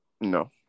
No